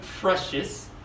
precious